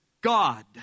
God